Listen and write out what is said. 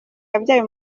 yabyaye